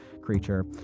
creature